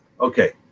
Okay